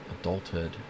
adulthood